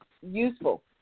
useful